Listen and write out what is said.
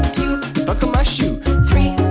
buckle my shoe three,